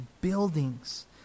buildings